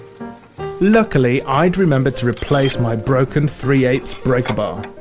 luckily i'd remembered to replace my broken three eight breaker bar.